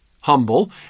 humble